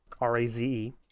R-A-Z-E